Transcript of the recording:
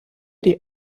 die